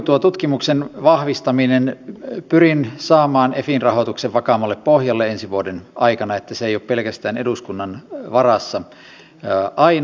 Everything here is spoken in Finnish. tuo tutkimuksen vahvistaminen pyrin saamaan efin rahoituksen vakaammalle pohjalle ensi vuoden aikana että se ei ole pelkästään eduskunnan varassa aina